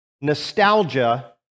Nostalgia